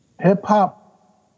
hip-hop